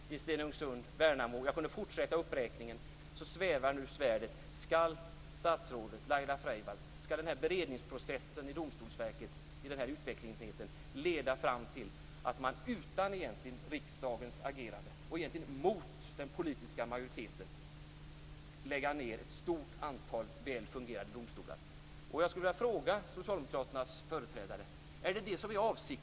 Över Stenungsund och Värnamo, jag skulle kunna fortsätta den här uppräkningen, svävar nu svärdet. Skall statsrådet Laila Freivalds och den här beredningsprocessen i utvecklingsenheten i Domstolsverket se till att man utan riksdagens agerande och mot den politiska majoriteten lägger ned ett stort antal väl fungerande domstolar? Jag skulle vilja ställa en fråga till Socialdemokraternas företrädare.